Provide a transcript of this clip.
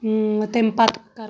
تٔمہِ پتہٕ کر